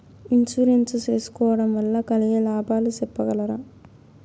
Insurance సేసుకోవడం వల్ల కలిగే లాభాలు సెప్పగలరా?